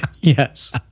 yes